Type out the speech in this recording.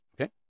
okay